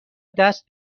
دست